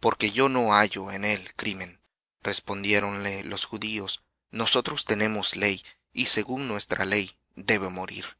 porque yo no hallo en él crimen respondiéronle los judíos nosotros tenemos ley y según nuestra ley debe morir